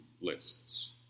lists